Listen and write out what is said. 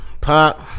Pop